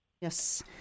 Yes